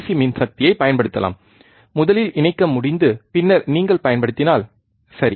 C மின்சக்தியைப் பயன்படுத்தலாம் முதலில் இணைக்க முடிந்து பின்னர் நீங்கள் பயன்படுத்தினால் சரி